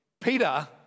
Peter